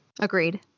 Agreed